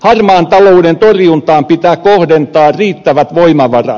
harmaan talouden torjuntaan pitää kohdentaa riittävät voimavarat